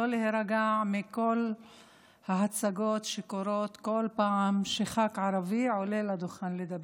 לא להירגע מכל ההצגות שקורות כל פעם שח"כ ערבי עולה לדוכן לדבר.